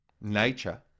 nature